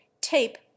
tape